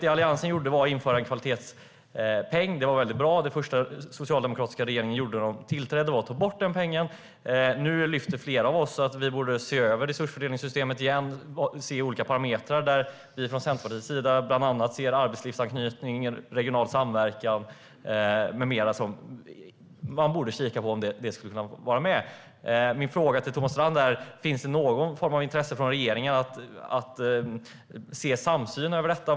Det Alliansen gjorde var att införa en kvalitetspeng. Det var väldigt bra. Det första den nya regeringen gjorde när den tillträdde var att ta bort den pengen. Nu lyfter flera av oss fram att vi borde se över resursfördelningssystemet igen och titta på olika parametrar, och vi från Centerpartiet tycker bland annat att man kan kika på om arbetslivsanknytning, regional samverkan med mera kan vara med. Min fråga till Thomas Strand är: Finns det någon form av intresse från regeringen att ha en samsyn kring detta?